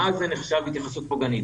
מה זה נחשב התייחסות פוגענית?